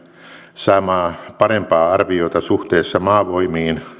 saamaa parempaa arviota suhteessa maavoimiin